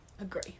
Agree